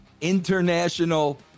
international